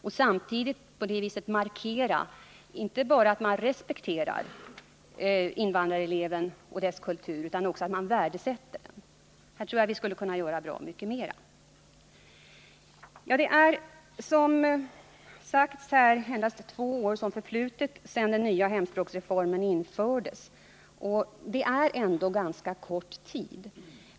Man markerar med detta inte bara att man respekterar invandrareleven och hans kultur utan också att man värderar den. På detta område tror jag att vi skulle kunna göra mer. | Det är, som det redan har sagts här, endast två år sedan hemspråksreformen genomfördes. Det är ändå en ganska kort tid.